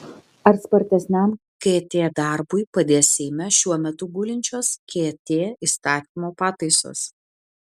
ar spartesniam kt darbui padės seime šiuo metu gulinčios kt įstatymo pataisos